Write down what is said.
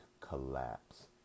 collapse